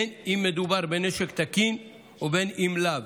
בין שמדובר בנשק תקין ובין שלאו,